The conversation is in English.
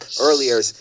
earlier